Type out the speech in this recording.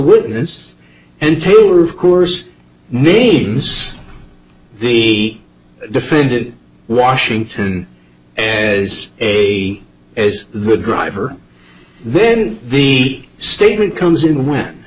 witness and take a course names the defendant washington as a as the driver then the statement comes in when